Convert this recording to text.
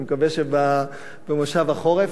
אני מקווה שבמושב החורף,